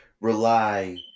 rely